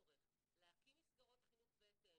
דווקא למסגרת של חינוך מיוחד.